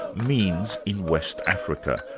means in west africa,